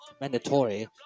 mandatory